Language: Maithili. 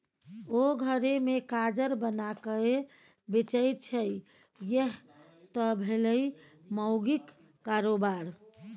ओ घरे मे काजर बनाकए बेचय छै यैह त भेलै माउगीक कारोबार